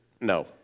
no